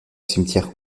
cimetière